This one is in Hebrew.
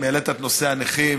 אם העלית את נושא הנכים,